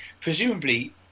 Presumably